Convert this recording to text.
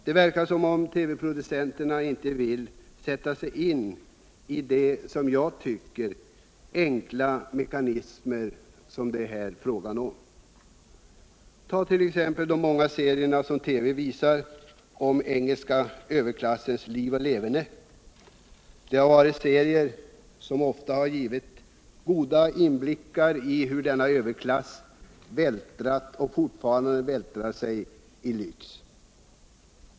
Det verkar som om TV-producenterna inte vill sätta sig in i de, som jag tycker, enkla mekanismer som det här är fråga om. Ta t.ex. de många serier som TV visat om den engelska överklassens liv och leverne. Det har varit serier som ofta givit goda inblickar i hur denna Radions och televisionens fortsatta överklass vältrat och fortfarande vältrar sig i lyx.